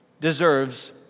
deserves